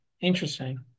Interesting